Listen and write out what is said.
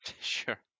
Sure